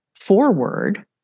forward